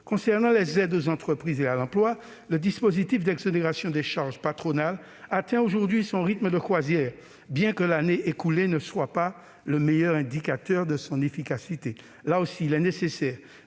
Concernant les aides aux entreprises et à l'emploi, le dispositif d'exonération des charges patronales atteint, aujourd'hui, son rythme de croisière, bien que l'année écoulée ne constitue pas le meilleur indicateur de son efficacité. À cet égard, il est aussi nécessaire